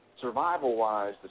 survival-wise